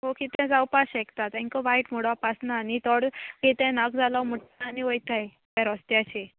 so कितें जावपा शकता तेंका वायट म्हुणोप आसना न्ही आनी थोडो कितें नाका जालो म्हुणटाय आनी वयताय त्या रोस्त्याचे